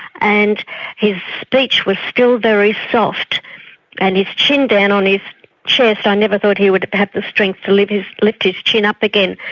and his speech was still very soft and his chin down on his chest, i never thought he would have the strength to lift his like chin up again,